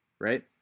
right